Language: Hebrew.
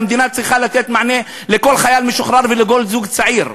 והמדינה צריכה לתת מענה לכל חייל משוחרר ולכל זוג צעיר.